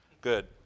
Good